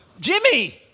Jimmy